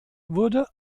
wurde